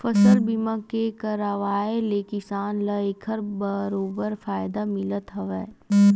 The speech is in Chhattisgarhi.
फसल बीमा के करवाय ले किसान ल एखर बरोबर फायदा मिलथ हावय